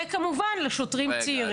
וכמובן לשוטרים צעירים?